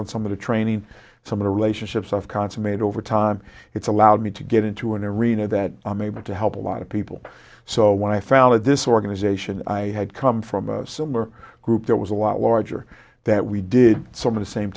on some of the training some of the relationships of consummate over time it's allowed me to get into an arena that i'm able to help a lot of people so when i founded this organization i had come from a similar group there was a lot larger that we did some of the same